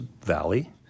valley